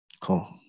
Cool